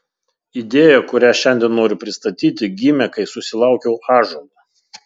idėja kurią šiandien noriu pristatyti gimė kai susilaukiau ąžuolo